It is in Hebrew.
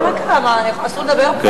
מה קרה, אסור לדבר פה?